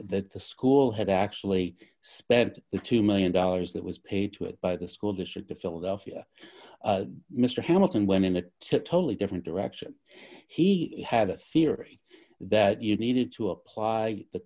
that the school had actually spent the two million dollars that was paid to it by the school district of philadelphia mr hamilton went in a totally different direction he had a theory that you needed to apply the